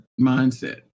mindset